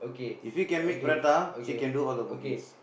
if he can make the prata she can do all the cookings